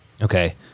Okay